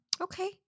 Okay